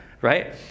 right